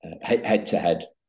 head-to-head